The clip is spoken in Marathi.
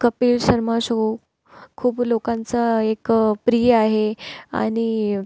कपिल शर्मा शो खूप लोकांचा एक प्रिय आहे आणि